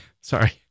sorry